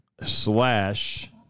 slash